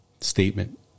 statement